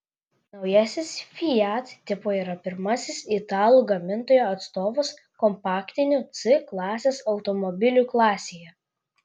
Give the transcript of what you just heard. naujasis fiat tipo yra pirmasis italų gamintojo atstovas kompaktinių c klasės automobilių klasėje